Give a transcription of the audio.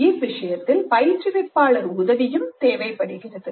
இவ்விஷயத்தில் பயிற்றுவிப்பாளர் உதவி தேவைப்படுகிறது